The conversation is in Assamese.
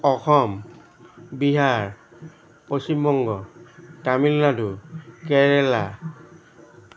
অসম বিহাৰ পশ্চিমবংগ তামিলনাডু কেৰেলা